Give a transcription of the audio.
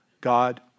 God